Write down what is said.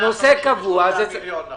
נושא קבוע --- העבירו לכם 153 מיליון שקל.